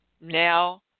Now